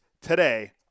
today